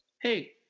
hey